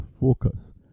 focus